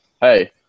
hey